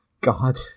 God